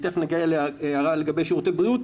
תיכף נגיע להערה לגבי שירותי בריאות,